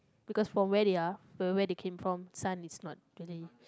because for where they are where where they came from sun is not really